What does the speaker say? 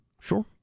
Sure